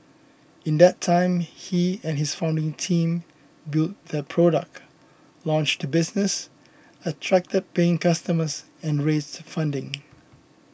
in that time he and his founding team built their product launched business attracted paying customers and raised funding